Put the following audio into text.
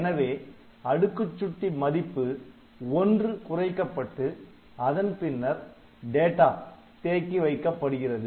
எனவே அடுக்குச் சுட்டி மதிப்பு ஒன்று குறைக்கப்பட்டு அதன்பின்னர் டேட்டா தேக்கி வைக்கப்படுகிறது